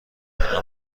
اما